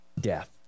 death